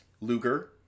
Luger